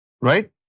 Right